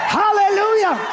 hallelujah